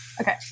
Okay